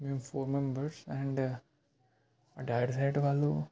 మేము four members and daddy side వాళ్ళు